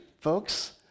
folks